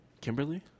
Kimberly